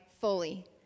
fully